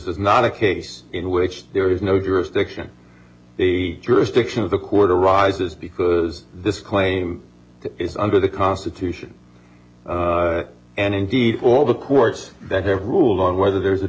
is not a case in which there is no jurisdiction the jurisdiction of the court arises because this claim is under the constitution and indeed all the courts that have ruled on whether there's a